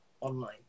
online